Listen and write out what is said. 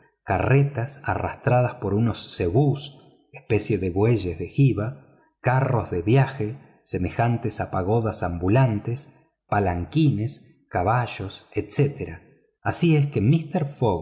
carretas arrastradas por unos zebús especie de bueyes de giba carros de viaje semejantes a pagodas ambulantes palanquines caballos etc así es que mister